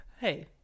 Hey